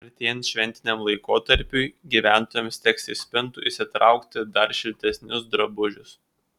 artėjant šventiniam laikotarpiui gyventojams teks iš spintų išsitraukti dar šiltesnius drabužius